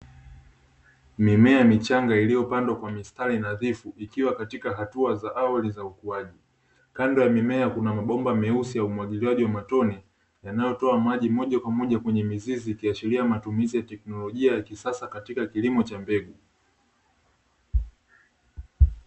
Mimea michanga iliopandwa kwenye misatri nadhifu ikiwa katika hatua za awali za ukuaji, kando ya mimea kuna mabomba meusi ya umwagiliaji wa matone, yanayotoa maji moja kwa moja kwenye mizizi, ikiashiria matumizi ya teknolojia ya kisasa katika kilimo cha mbegu.